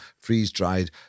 freeze-dried